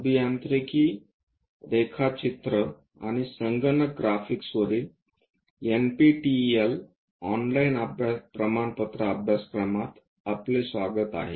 अभियांत्रिकी रेखाचित्र आणि संगणक ग्राफिक्सवरील एनपीटीईएल ऑनलाईन प्रमाणपत्र अभ्यासक्रमात आपले स्वागत आहे